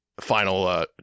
final